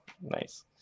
nice